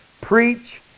preach